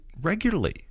regularly